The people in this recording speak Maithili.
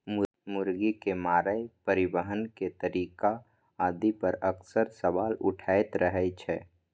मुर्गी के मारै, परिवहन के तरीका आदि पर अक्सर सवाल उठैत रहै छै